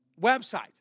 website